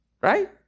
Right